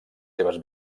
seves